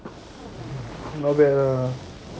not bad ah